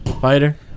fighter